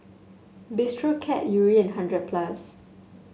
Bistro Cat Yuri and hundred plus